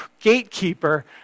gatekeeper